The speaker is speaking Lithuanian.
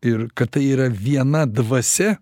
ir kad tai yra viena dvasia